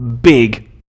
big